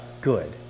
good